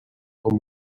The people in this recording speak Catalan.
com